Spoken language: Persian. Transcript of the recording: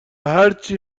هرچی